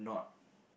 not